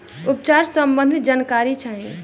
उपचार सबंधी जानकारी चाही?